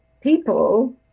people